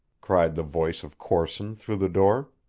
cried the voice of corson through the door.